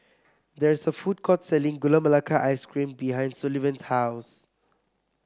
there is a food court selling Gula Melaka Ice Cream behind Sullivan's house